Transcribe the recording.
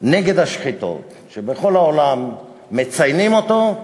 נגד השחיתות שמציינים אותו,